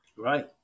right